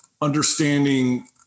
understanding